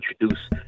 introduce